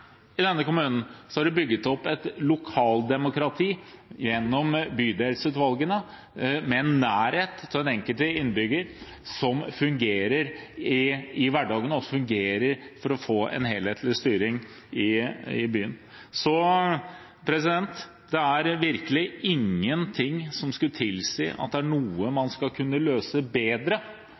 i denne kommunen er det bygget opp et lokaldemokrati gjennom bydelsutvalgene med en nærhet til den enkelte innbygger som fungerer i hverdagen, og som fungerer for å få en helhetlig styring i byen. Det er virkelig ingenting som skulle tilsi at det er noe man skal kunne løse bedre